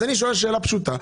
אז אני שואל שאלה פשוטה.